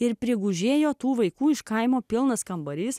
ir prigužėjo tų vaikų iš kaimo pilnas kambarys